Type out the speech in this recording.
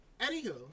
anywho